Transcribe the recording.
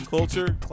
Culture